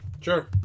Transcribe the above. Sure